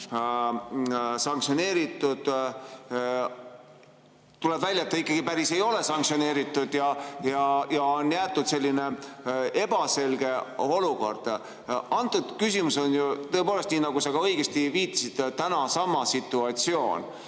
sanktsioneeritud, tuleb välja, et ta päriselt ikkagi ei ole sanktsioneeritud ja on jäetud selline ebaselge olukord. Antud küsimus on tõepoolest nii, nagu sa õigesti viitasid, täna on sama situatsioon